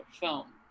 film